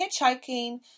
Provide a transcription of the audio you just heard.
hitchhiking